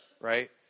right